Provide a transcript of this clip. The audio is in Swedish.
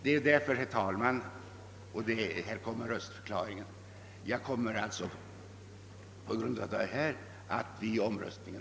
Det är från den utgångspunkten, herr talman, som jag här vill förklara att jag kommer att avstå från att delta i omröstningen.